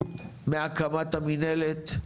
מהקמת המנהלת,